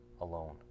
alone